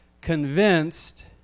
convinced